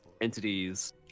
Entities